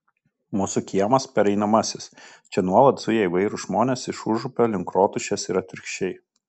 mūsų kiemas pereinamasis čia nuolat zuja įvairūs žmonės iš užupio link rotušės ir atvirkščiai